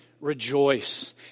rejoice